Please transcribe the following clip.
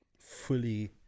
fully